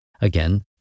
again